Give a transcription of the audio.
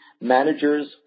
managers